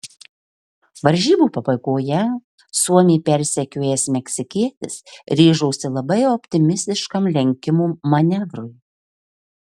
varžybų pabaigoje suomį persekiojęs meksikietis ryžosi labai optimistiškam lenkimo manevrui